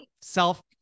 self